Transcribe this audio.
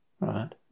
right